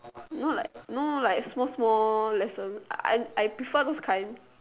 know like know like small small lesson I I prefer those kind